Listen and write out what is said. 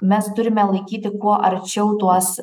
mes turime laikyti kuo arčiau tuos